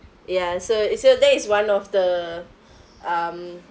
ya so uh so that is one of the um